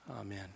Amen